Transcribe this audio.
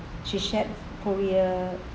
she shared korea